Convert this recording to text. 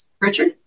Richard